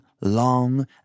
long